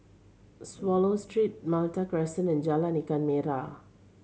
Swallow Street Malta Crescent and Jalan Ikan Merah